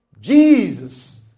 Jesus